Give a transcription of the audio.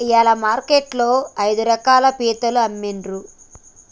ఇయాల మార్కెట్ లో ఐదు రకాల పీతలు అమ్మిన్రు